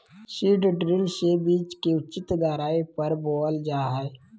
seed drill से बीज के उचित गहराई पर बोअल जा हइ